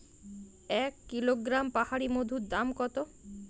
এক কিলোগ্রাম পাহাড়ী মধুর দাম কত?